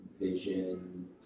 vision